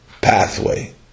pathway